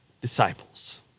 disciples